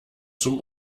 zum